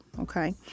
Okay